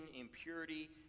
impurity